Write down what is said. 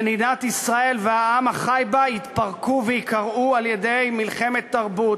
מדינת ישראל והעם החי בה יתפרקו וייקרעו על-ידי מלחמת תרבות,